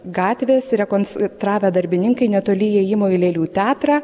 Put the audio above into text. gatvės rekonstravę darbininkai netoli įėjimo į lėlių teatrą